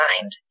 mind